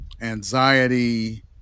anxiety